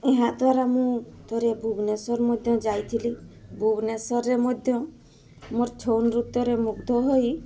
ଏହା ଦ୍ଵାରା ମୁଁ ପରେ ଭୁବନେଶ୍ଵର ମଧ୍ୟ ଯାଇଥିଲି ଭୁବନେଶ୍ଵରରେ ମଧ୍ୟ ମୋର ଛଉ ନୃତ୍ୟରେ ମୁଗ୍ଧ ହୋଇ